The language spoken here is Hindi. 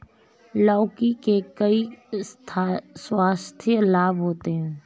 लौकी के कई स्वास्थ्य लाभ होते हैं